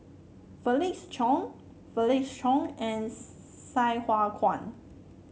Felix Cheong Felix Cheong and Sai Hua Kuan